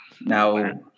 Now